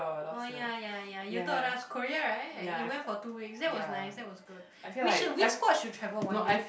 oh ya ya ya you told us Korea right you went for two weeks that was nice that was good we should we squad should travel one day